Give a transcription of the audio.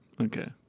Okay